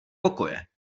pokoje